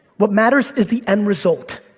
what matters is the end result.